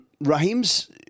Raheem's